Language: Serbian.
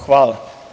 Hvala.